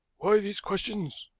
why these questions?